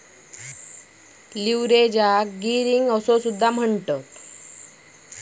लीव्हरेजाक गियरिंग असो सुद्धा म्हणतत